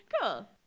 cool